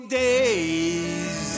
days